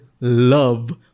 love